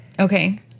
Okay